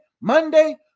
Monday